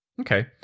Okay